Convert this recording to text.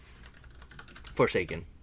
Forsaken